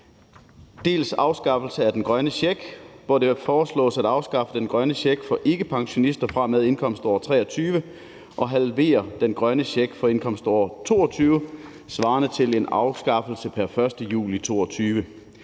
en afskaffelse af den grønne check, hvor det foreslås at afskaffe den grønne check for ikkepensionister fra og med indkomståret 2023 og halvere den grønne check for indkomståret 2022 svarende til en afskaffelse pr. 1. juli 2022.